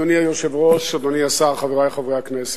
אדוני היושב-ראש, אדוני השר, חברי חברי הכנסת,